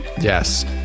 Yes